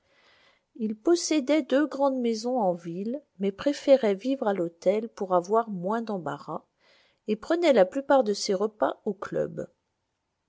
il possédait deux grandes maisons en ville mais préférait vivre à l'hôtel pour avoir moins d'embarras et prenait la plupart de ses repas au club